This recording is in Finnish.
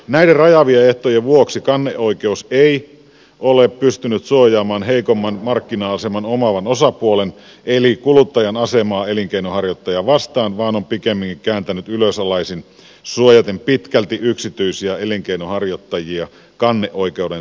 näiden rajaavien ehtojen vuoksi kanneoikeus ei ole pystynyt suojaamaan heikomman markkina aseman omaavan osapuolen eli kuluttajan asemaa elinkeinonharjoittajaa vastaan vaan on pikemminkin kääntynyt ylösalaisin suojaten pitkälti yksityisiä elinkeinonharjoittajia kanneoikeuden soveltamiselta